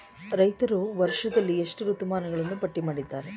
ರೈತರು ವರ್ಷದಲ್ಲಿ ಎಷ್ಟು ಋತುಗಳನ್ನು ಪಟ್ಟಿ ಮಾಡಿದ್ದಾರೆ?